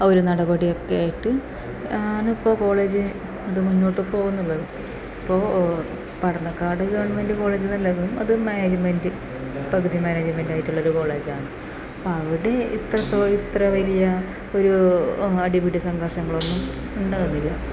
ആ ഒരു നടപടി ഒക്കെയായിട്ട് ആണ് ഇപ്പോൾ കോളേജ് അത് മുന്നോട്ടുപോകുന്നത് ഇപ്പോൾ പഠനക്കാട് ഗവൺമെൻറ് കോളേജ് എന്നുള്ളതും അത് മാനേജ്മെൻറ് പകുതി മാനേജ്മെൻറ് ആയിട്ടുള്ളൊരു കോളേജാന്ന് അപ്പം അവിടെ ഇത്രത്തോളം ഇത്ര വലിയ ഒരു അടിപിടി സംഘർഷങ്ങളൊന്നും ഉണ്ടാകുന്നില്ല